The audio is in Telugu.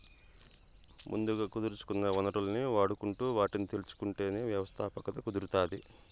ముందుగా కుదుర్సుకున్న వనరుల్ని వాడుకుంటు వాటిని తెచ్చుకుంటేనే వ్యవస్థాపకత కుదురుతాది